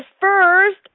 first